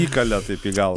įkalė taip į galvą